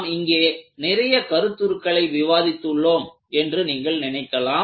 நாம் இங்கே நிறைய கருத்துருக்களை விவாதித்து உள்ளோம் என்று நீங்கள் நினைக்கலாம்